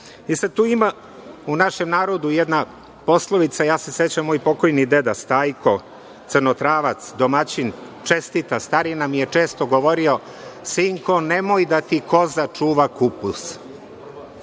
greške. Tu ima u našem narodu jedna poslovica, ja se sećam moj pokojni deda Stajko, Crnotravac, domaćin, čestita starina mi je često govorio – sinko, nemoj da ti koza čuva kupus.